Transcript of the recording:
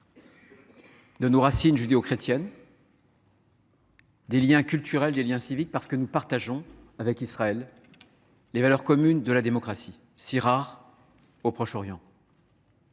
de nos racines judéo chrétiennes, des liens culturels et des liens civiques, parce que nous partageons avec Israël les valeurs communes de la démocratie, si rare au Proche Orient.